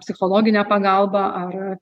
psichologinė pagalba ar